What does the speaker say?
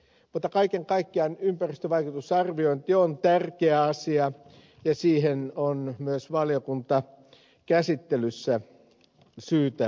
mutta kaiken kaikkiaan ympäristövaikutusarviointi on tärkeä asia ja siihen on myös valiokuntakäsittelyssä syytä paneutua